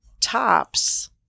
Tops